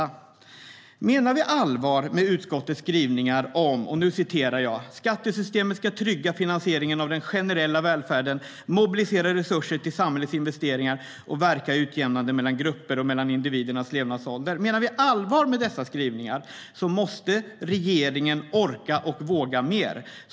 Menar vi allvar med utskottets skrivningar om att skattesystemet ska trygga finansieringen av den generella välfärden, mobilisera resurser till samhällets investeringar och verka utjämnande mellan grupper och individernas levnadsålder måste regeringen orka och våga mer.